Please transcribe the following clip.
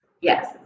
Yes